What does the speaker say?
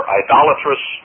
idolatrous